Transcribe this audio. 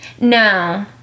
No